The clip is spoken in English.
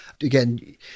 Again